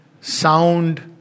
sound